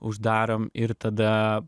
uždarom ir tada